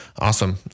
Awesome